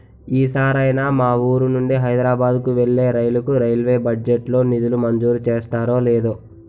ఈ సారైనా మా వూరు నుండి హైదరబాద్ కు వెళ్ళే రైలుకు రైల్వే బడ్జెట్ లో నిధులు మంజూరు చేస్తారో లేదో